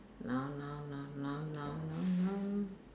noun noun noun noun noun noun noun